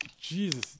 jesus